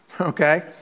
Okay